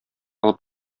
алып